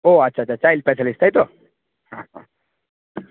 ও আচ্ছা আচ্ছা child specialist তাই তো হ্যাঁ হ্যাঁ হুম